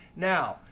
now,